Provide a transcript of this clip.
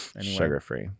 Sugar-free